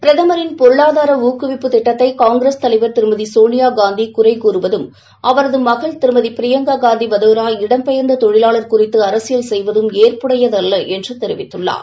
பிரதமரின் பொருளாதார ஊக்குவிப்பு திட்டத்தை காங்கிரஸ் தலைவர் திருமதி சோனியா காந்தி குறைகூறுவதும் அவரது மகள் திருமதி பிரியங்கா காந்தி வதோ இடம் பெயர்ந்த தொழிலாளர் குறித்தும் அரசியல் செய்வதும் ஏற்புடையதல்ல எள்றார்